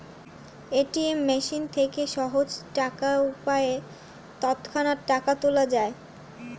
ATM machine থেকে সহজ উপায়ে তৎক্ষণাৎ টাকা তোলা যায়